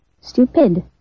Stupid